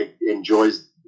enjoys